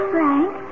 Frank